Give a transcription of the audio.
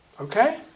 Okay